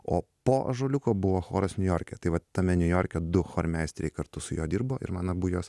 o po ąžuoliuko buvo choras niujorke tai vat tame niujorke du chormeisteriai kartu su juo dirbo ir man abu juos